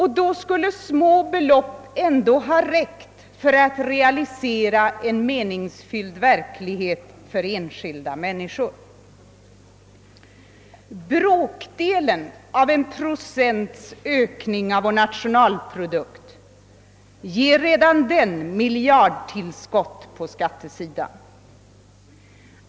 Då skulle små belopp ändå ha räckt för att realisera en meningsfylld verklighet för enskilda människor. Bråkdelen av 1 procents ökning av vår nationalprodukt ger redan den miljardtillskott på skattesidan.